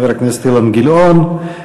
אילן גילאון.